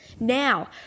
Now